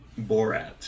Borat